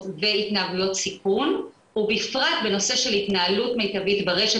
והתנהגויות סיכון ובפרט בנושא של התנהלות מיטבית ברשת